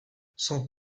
son